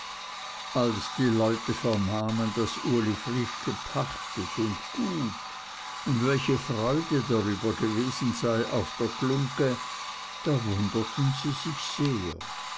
als die leute vernahmen daß uli frisch gepachtet und gut und welche freude darüber gewesen sei auf der glungge da wunderten sie sich sehr